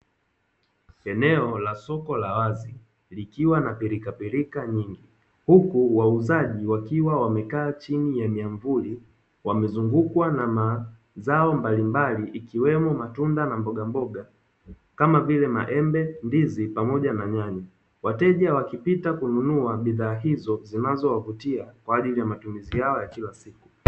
Eneo la soko la wazi likiwa na pilikapilika nyingi, huku wauzaji wakiwa wamekaa chini ya nyavuli wamezungukwa na mazao mbalimbali, ikiwemo matunda na mbogamboga kama vile maembe ,ndizi pamoja na nyanya wateja wakipita kununua bidhaa hizo zinazowavutia kwa ajili ya matumizi yao ya kila siku.